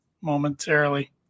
momentarily